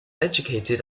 educated